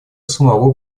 самого